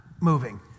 moving